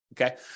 Okay